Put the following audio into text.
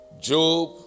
Job